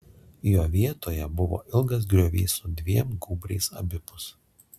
jo vietoje buvo ilgas griovys su dviem gūbriais abipus